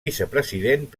vicepresident